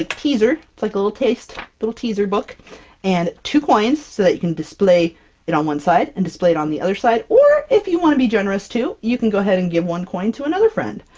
ah teaser it's like a little taste, little teaser book and two coins, so that you can display it on one side and display it on the other side. or if you want to be generous too, you can go ahead and give one coin to another friend!